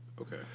okay